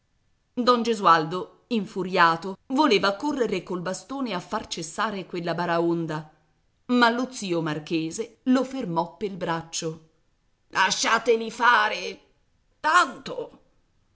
don gesualdo infuriato voleva correre col bastone a far cessare quella baraonda ma lo zio marchese lo fermò pel braccio lasciateli fare tanto